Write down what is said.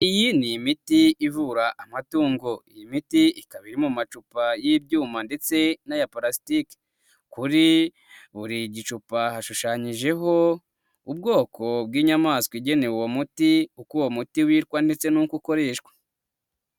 Iyi ni imiti ivura amatungo. Iyi miti ikaba iri mu macupa y'ibyuma ndetse n'aya parasitike, kuri buri gicupa hashushanyijeho ubwoko bw'inyamaswa igenewe uwo muti, uko uwo muti witwa ndetse n'uko ukoreshwa.